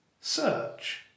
search